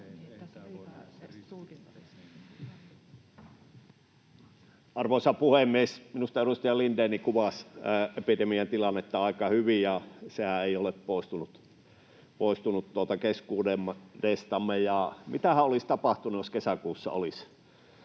Arvoisa puhemies! Minusta edustaja Lindén kuvasi epidemian tilannetta aika hyvin. Sehän ei ole poistunut keskuudestamme. Mitähän olisi tapahtunut, jos kesäkuussa olisi